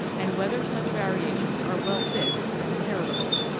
and whether such variations are well fixed and inheritable.